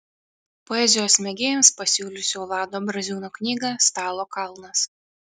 poezijos mėgėjams pasiūlysiu vlado braziūno knygą stalo kalnas